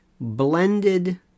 blended